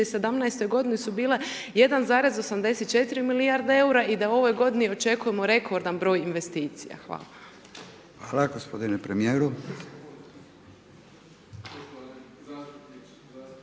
2017.-toj godini su bile 1,84 milijarde EUR-a i da u ovoj godini očekujemo rekordan broj investicija. Hvala. **Radin, Furio (Nezavisni)** Hvala.